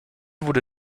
wurde